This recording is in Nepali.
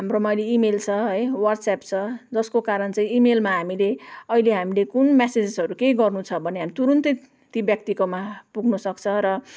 हाम्रोमा अहिले इमेल छ है ह्वाट्सएप छ जसको कारण चाहिँ इमेलमा हामीले अहिले हामीले कुन म्यासेजहरू केही गर्नु छ भने हामी तुरुन्तै ती व्यक्तिकोमा पुग्नु सक्छ र